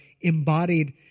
embodied